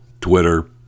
Twitter